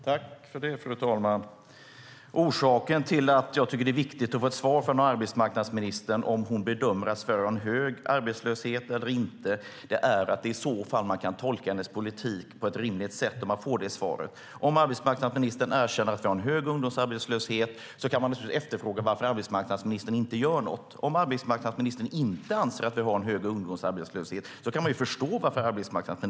Fru talman! Orsaken till att jag tycker att det är viktigt att få ett svar från arbetsmarknadsministern om huruvida hon bedömer att Sverige har en hög arbetslöshet eller inte är att man i så fall - om hon inte tycker att vi har det - kan tolka hennes politik på ett rimligt sätt. Om arbetsmarknadsministern erkänner att vi har en hög ungdomsarbetslöshet kan man efterfråga varför arbetsmarknadsministern inte gör något. Om arbetsmarknadsministern inte anser att vi har en hög ungdomsarbetslöshet kan man ju förstå varför hon inte gör något.